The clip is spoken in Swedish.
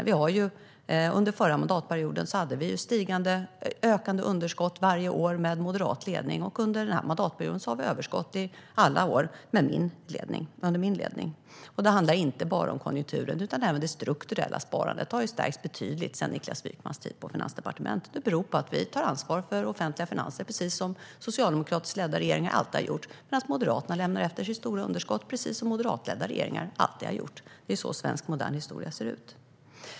Under den förra mandatperioden, med en moderat ledning, hade vi ökande underskott varje år. Under denna mandatperiod har vi haft överskott under alla år under min ledning. Det handlar inte bara om konjunkturen, utan även det strukturella sparandet har stärkts betydligt sedan Niklas Wykmans tid på Finansdepartementet. Det beror på att vi tar ansvar för offentliga finanser, precis som socialdemokratiskt ledda regeringar alltid har gjort, medan Moderaterna lämnar efter sig stora underskott precis som moderatledda regeringar alltid har gjort. Det är så svensk modern historia ser ut.